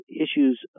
issues